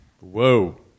Whoa